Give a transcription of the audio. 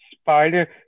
Spider